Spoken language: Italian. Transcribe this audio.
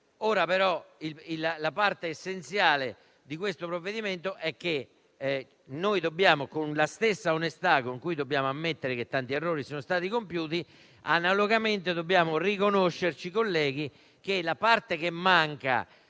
La parte essenziale è che noi, con la stessa onestà con cui dobbiamo ammettere che tanti errori sono stati compiuti, analogamente dobbiamo riconoscere, colleghi, che la parte che manca